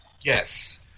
yes